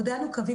כבר בתחילת הקיץ,